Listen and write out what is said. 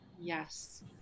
Yes